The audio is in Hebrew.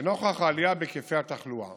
לנוכח העלייה בהיקפי התחלואה